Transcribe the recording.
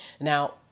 Now